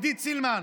עידית סילמן,